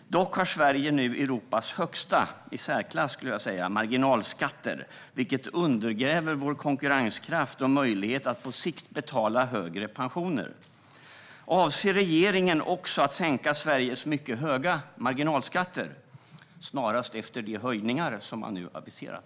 Dock har Sverige nu Europas i särklass högsta marginalskatter, vilket undergräver vår konkurrenskraft och möjlighet att på sikt betala högre pensioner. Avser regeringen också att snarast sänka Sveriges mycket höga marginalskatter efter de höjningar som man nu aviserat?